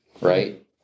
right